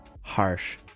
harsh